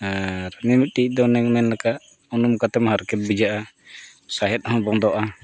ᱟᱨ ᱢᱤᱢᱤᱫᱴᱤᱡ ᱫᱚ ᱚᱱᱮᱧ ᱢᱮᱱ ᱟᱠᱟᱫ ᱚᱱᱠᱟ ᱛᱮᱢᱟ ᱟᱨᱠᱤ ᱵᱩᱡᱷᱟᱹᱜᱼᱟ ᱥᱟᱸᱦᱮᱫ ᱦᱚᱸ ᱵᱚᱱᱫᱚᱜᱼᱟ